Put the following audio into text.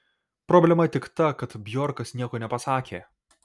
problema tik ta kad bjorkas nieko nepasakė